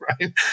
right